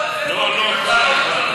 לא, לא כל הזמן.